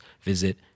visit